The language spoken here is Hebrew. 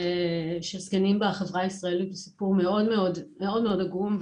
זקנים בחברה הישראלית הוא סיפור מאוד מאוד עגום,